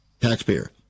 Taxpayer